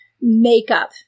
makeup